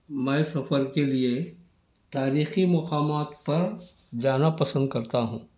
میں سفر کے لئے تاریخی مقامات پر جانا پسند کرتا ہوں